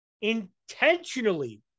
intentionally